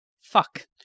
Fuck